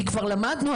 כבר למדנו,